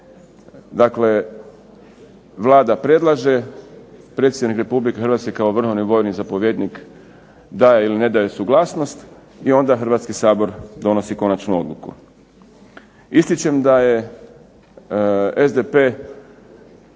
Dakle, Vlada predlaže, Predsjednik Republike Hrvatske kao vrhovni vojni zapovjednik daje ili ne daje suglasnost i onda Hrvatski sabor donosi konačnu odluku. Ističem da je SDP